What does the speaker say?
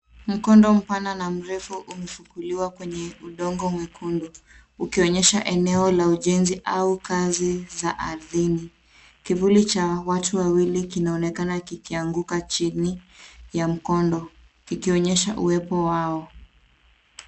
Mkondo mpana na mrefu umefukuliwa kwenye udongo mwekundu ukionyesha eneo la ujenzi au kazi za ardhini. Kivuli cha watu wawili kinaonekana kikianguka chini ya mkondo, kikionyesha uwepo wao.